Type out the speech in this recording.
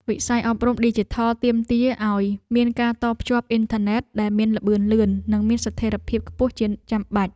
វិស័យអប់រំឌីជីថលទាមទារឱ្យមានការតភ្ជាប់អ៊ិនធឺណិតដែលមានល្បឿនលឿន និងមានស្ថិរភាពខ្ពស់ជាចាំបាច់។